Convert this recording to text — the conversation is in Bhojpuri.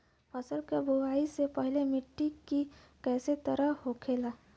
फसल की बुवाई से पहले मिट्टी की कैसे तैयार होखेला?